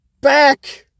back